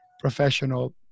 professional